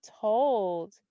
told